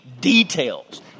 details